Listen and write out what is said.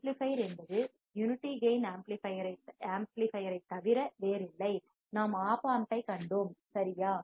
amplifier என்பது unity கேயின் amplifier ஐத் தவிர வேறில்லை நாம் OP Amp ஐக் கண்டோம் சரியா